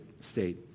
state